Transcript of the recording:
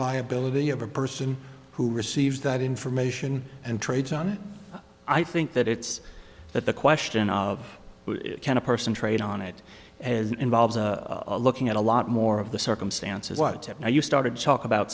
liability of a person who receives that information and trades on it i think that it's that the question of can a person trade on it and it involves a looking at a lot more of the circumstances whatever you started to talk about